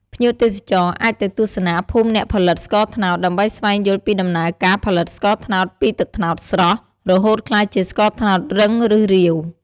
ភ្ញៀវទេសចរណ៍អាចទៅទស្សនាភូមិអ្នកផលិតស្ករត្នោត ដើម្បីស្វែងយល់ពីដំណើរការផលិតស្ករត្នោតពីទឹកត្នោតស្រស់ រហូតក្លាយជាស្ករត្នោតរឹង ឬរាវ។